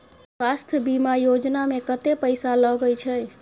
स्वास्थ बीमा योजना में कत्ते पैसा लगय छै?